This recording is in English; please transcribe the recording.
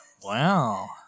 wow